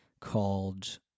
called